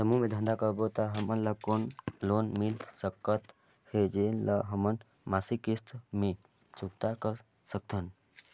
समूह मे धंधा करबो त हमन ल कौन लोन मिल सकत हे, जेन ल हमन मासिक किस्त मे चुकता कर सकथन?